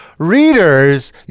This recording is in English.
readers